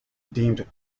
deemed